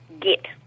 get